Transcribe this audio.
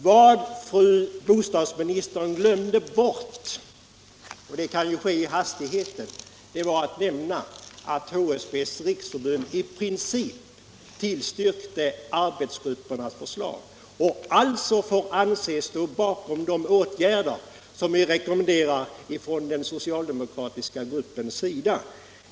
Vad fru bostadsministern glömde bort, och det kan ju ske i hastigheten, var att nämna att HSB:s riksförbund i princip tillstyrkte arbetsgruppernas förslag och alltså får anses stå bakom de åtgärder som den socialdemokratiska gruppen rekommenderar.